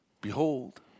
Behold